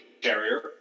carrier